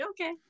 okay